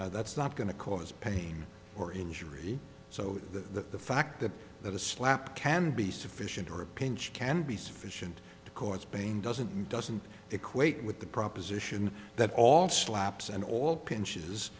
that's not going to cause pain or injury so the fact that that a slap can be sufficient or a pinch can be sufficient to cause pain doesn't doesn't equate with the proposition that all slaps and all pinch